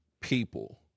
people